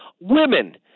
women